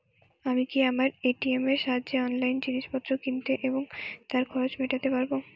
আমি কি আমার এ.টি.এম এর সাহায্যে অনলাইন জিনিসপত্র কিনতে এবং তার খরচ মেটাতে পারব?